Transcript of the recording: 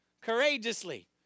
courageously